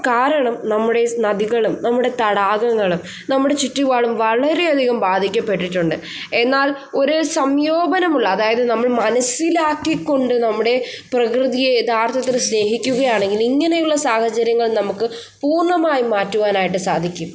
കാരണം നമ്മുടെ നദികളും നമ്മുടെ തടാകങ്ങളും നമ്മുടെ ചുറ്റുപാടും വളരെയധികം ബാധിക്കപ്പെട്ടിട്ടുണ്ട് എന്നാൽ ഒരു സംയോപനമുള്ള അതായത് നമ്മൾ മനസ്സിലാക്കിക്കൊണ്ട് നമ്മുടെ പ്രകൃതിയെ യഥാർത്ഥത്തിൽ സ്നേഹിക്കുകയാണെങ്കിൽ ഇങ്ങനെയുള്ള സാഹചര്യങ്ങൾ നമുക്ക് പൂർണ്ണമായും മാറ്റുവാനായിട്ട് സാധിക്കും